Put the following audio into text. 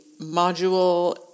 Module